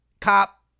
cop